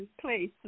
place